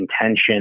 intention